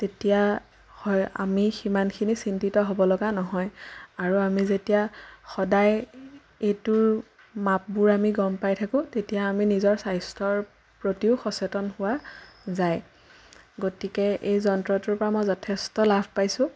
তেতিয়া হয় আমি সিমানখিনি চিন্তিত হ'বলগীয়া নহয় আৰু আমি যেতিয়া সদায় এইটোৰ মাপবোৰ আমি গম পাই থাকোঁ তেতিয়া আমি নিজৰ স্বাস্থ্যৰ প্ৰতিও সচেতন হোৱা যায় গতিকে এই যন্ত্ৰটোৰ পৰা মই যথেষ্ট লাভ পাইছোঁ